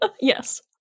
Yes